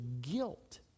guilt